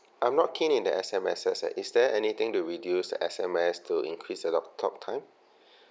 I'm not keen in the S_M_Ss lah is there anything to reduce the S_M_S to increase a lot talktime